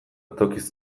tokiz